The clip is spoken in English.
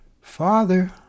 Father